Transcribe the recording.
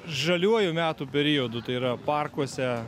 žaliuoju metų periodu tai yra parkuose